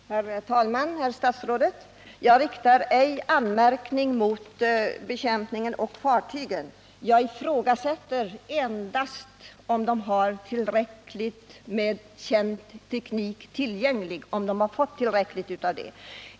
Herr talman! Jag riktar, herr statsråd, ej anmärkning mot bekämpningen och fartygen. Jag ifrågasätter endast om de har fått tillräckligt av känd teknik till sitt förfogande.